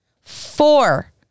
Four